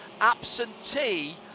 absentee